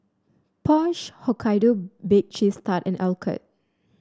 Porsche Hokkaido Baked Cheese Tart and Alcott